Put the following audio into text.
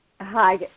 Hi